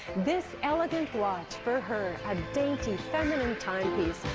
this elegant watch for her dainty feminine timepiece,